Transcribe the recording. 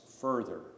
further